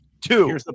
Two